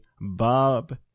Bob